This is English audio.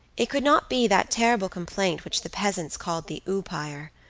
it could not be that terrible complaint which the peasants called the oupire,